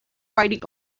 riding